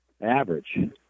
Average